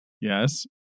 Yes